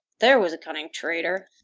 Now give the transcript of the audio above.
there was a cunning traitor!